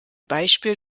beispiel